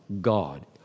God